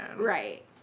right